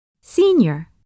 Senior